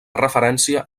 referència